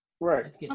Right